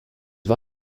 war